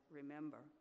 remember